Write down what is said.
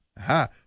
Ha